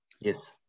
Yes